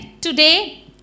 today